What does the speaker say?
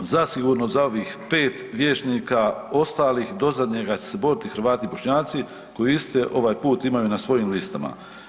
Zasigurno za ovih 5 vijećnika ostalih do zadnjega će se boriti Hrvati i Bošnjaci koji iste ovaj put imaju na svojim listama.